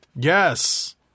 Yes